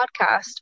podcast